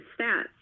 stats